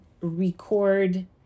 record